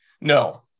No